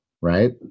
right